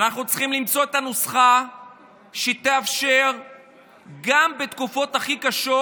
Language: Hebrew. אנחנו צריכים למצוא את הנוסחה שתאפשר גם בתקופות הכי קשות